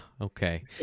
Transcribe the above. Okay